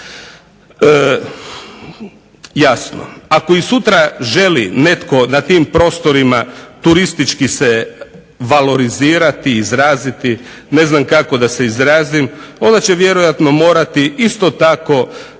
jasno ako i sutra želi netko na tim prostorima turistički se valorizirati, izraziti ne znam kako da se izrazim, onda će isto tako morati raditi